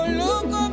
look